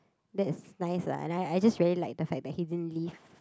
that is nice lah and I I just really like the fact he didn't leave